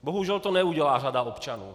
Bohužel to neudělá řada občanů.